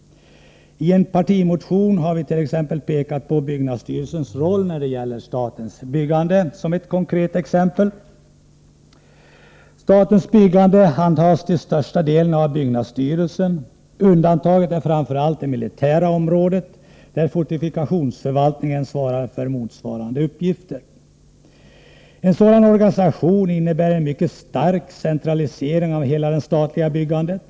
I en partimotion har vi t.ex. pekat på byggnadsstyrelsens roll när det gäller statens byggande som ett konkret exempel. Statens byggande handhas till största delen av byggnadsstyrelsen. Undantaget är framför allt det militära området, där fortifikationsförvaltningen svarar för motsvarande uppgifter. En sådan organisation innebär en mycket stark centralisering av hela det statliga byggandet.